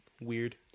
weird